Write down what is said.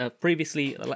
Previously